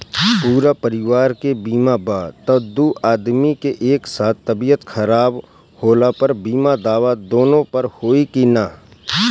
पूरा परिवार के बीमा बा त दु आदमी के एक साथ तबीयत खराब होला पर बीमा दावा दोनों पर होई की न?